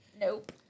Nope